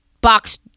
box